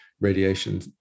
radiation